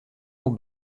wol